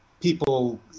people